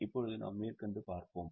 இப்போது நாம் மேற்கொண்டு பார்ப்போம்